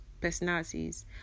personalities